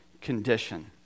condition